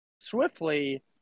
swiftly